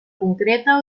concreta